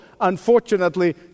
unfortunately